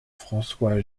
françois